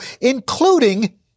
including